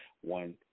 one